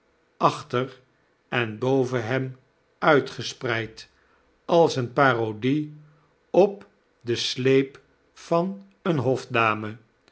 achter en boven hem uitgespreid alseen parodie op den sleep van eene hofdame